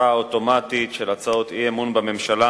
האוטומטית של הצעות אי-אמון בממשלה.